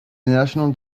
national